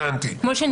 הבנתי,